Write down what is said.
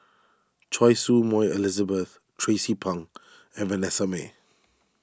Choy Su Moi Elizabeth Tracie Pang and Vanessa Mae